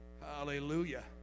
Hallelujah